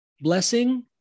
blessing